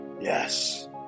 yes